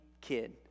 kid